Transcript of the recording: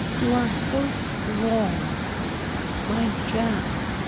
you are so strong my jack,